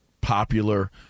popular